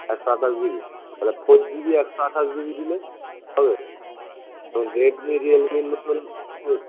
একশো আঠাশ জিবি তাহলে ফোর জিবির একশো আঠাশ জিবি দিলে হবে রেডমি রিয়েলমির মতন